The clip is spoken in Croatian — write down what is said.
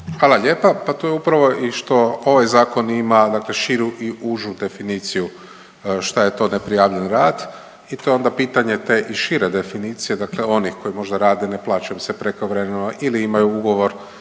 Hvala lijepa. Pa to je upravo i što ovaj zakon ima, dakle širu i užu definiciju šta je to neprijavljen rad i to je onda pitanje te i šire definicije, dakle onih koji možda rade, ne plaća im se prekovremeno ili imaju ugovor